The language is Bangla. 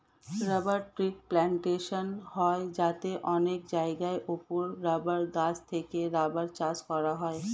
রাবার ট্রি প্ল্যান্টেশন হয় যাতে অনেক জায়গার উপরে রাবার গাছ থেকে রাবার চাষ করা হয়